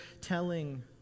telling